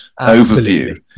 overview